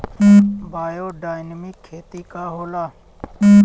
Biodynamic खेती का होला?